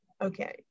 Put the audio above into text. Okay